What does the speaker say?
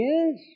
Yes